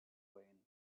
when